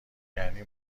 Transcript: یعنی